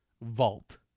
vault